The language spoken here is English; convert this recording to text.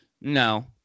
No